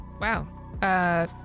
Wow